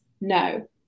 no